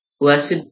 Blessed